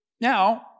Now